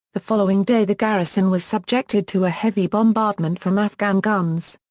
the following day the garrison was subjected to a heavy bombardment from afghan guns.